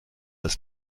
als